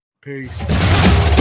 Peace